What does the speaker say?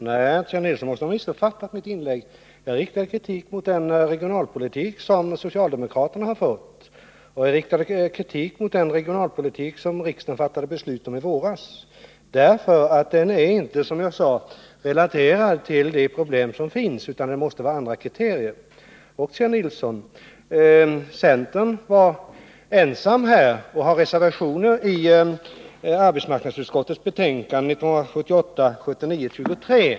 Fru talman! Kjell Nilsson måste ha missuppfattat mitt inlägg. Jag riktade kritik mot den regionalpolitik som socialdemokraterna har fört och mot den regionalpolitik som riksdagen fattade beslut om i våras. Den är inte, som jag sade, relaterad till de problem som finns, utan det måste vara andra kriterier. Och, Kjell Nilsson, centern var ensam om att i den här frågan ha reservationer i arbetsmarknadsutskottets betänkande 1978/79:23.